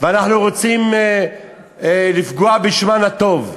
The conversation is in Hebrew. ואנחנו רוצים לפגוע בשמן הטוב.